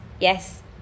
yes